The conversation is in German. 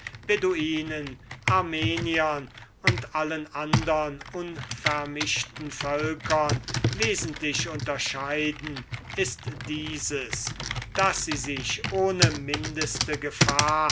beduinen armeniern und allen andern unvermischten völkern wesentlich unterscheiden ist dieses daß sie sich ohne mindeste gefahr